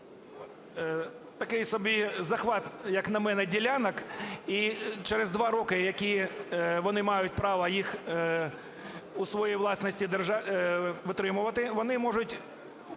такий собі захват, як на мене, ділянок і через два роки які вони мають право їх у своїй власності витримувати, вони можуть